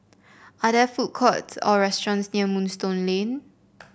are there food courts or restaurants near Moonstone Lane